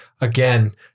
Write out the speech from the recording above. again